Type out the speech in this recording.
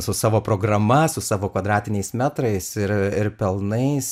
su savo programa su savo kvadratiniais metrais ir ir pelnais